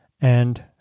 And-